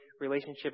relationship